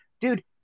Dude